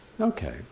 Okay